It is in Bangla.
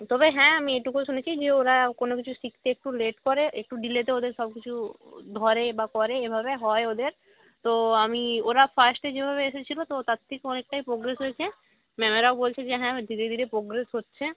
তবে হ্যাঁ আমি একটু শুনেছি যে ওরা কোনো কিছু শিখতে একটু লেট করে একটু ডিলেতে ওদের সব কিছু ধরে বা করে এভাবে হয় ওদের তো আমি ওরা ফার্স্টে যেভাবে এসেছিলো তো তার থেকে অনেকটাই পোগ্রেস হয়েছে ম্যামেরাও বলছে যে হ্যাঁ ধীরে ধীর পোগ্রেস হচ্ছে